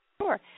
Sure